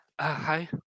Hi